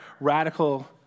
radical